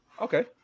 Okay